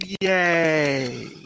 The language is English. Yay